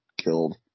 killed